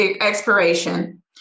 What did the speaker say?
expiration